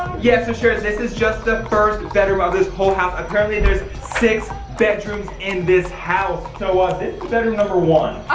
yeah so sharers, this is just the first bedroom of this whole house. apparently there's six bedrooms in this house. so, ah this is and bedroom number one.